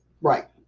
Right